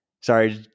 sorry